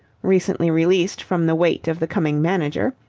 recently released from the weight of the coming manager,